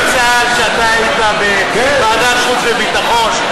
מי טיפל בצה"ל כשאתה היית בוועדת חוץ וביטחון?